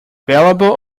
valuable